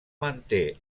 manté